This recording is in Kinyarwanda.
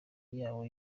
yawe